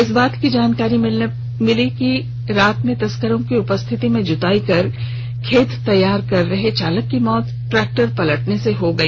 इस बात की जानकारी तब हुई जब रात में तस्करों की उपस्थिति में जुताई कर खेत तैयार कर रहे चालक की मौत ट्रैक्टर पलटने से हो गई